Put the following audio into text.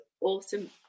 awesome